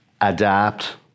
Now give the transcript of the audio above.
adapt